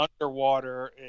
underwater